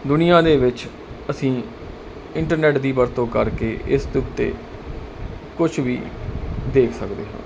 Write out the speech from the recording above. ਦੁਨੀਆਂ ਦੇ ਵਿੱਚ ਅਸੀਂ ਇੰਟਰਨੈਟ ਦੀ ਵਰਤੋਂ ਕਰਕੇ ਇਸ ਦੇ ਉੱਤੇ ਕੁਝ ਵੀ ਦੇਖ ਸਕਦੇ ਹਾਂ